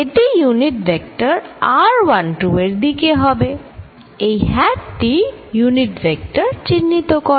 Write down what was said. এটি unit vector r12 এর দিকে হবে এই হ্যাট টি ইউনিট ভেক্টর চিহ্নিত করে